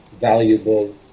valuable